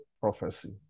prophecy